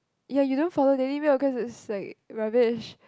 ya you don't follow daily mail cause it's like rubbish